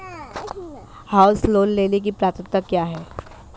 House loan लेने की पात्रता क्या है?